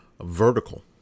vertical